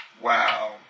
Wow